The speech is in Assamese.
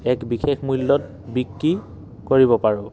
এক বিশেষ মূল্যত বিক্ৰী কৰিব পাৰোঁ